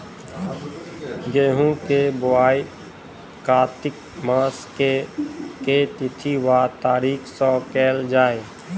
गेंहूँ केँ बोवाई कातिक मास केँ के तिथि वा तारीक सँ कैल जाए?